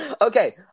Okay